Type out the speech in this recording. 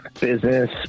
business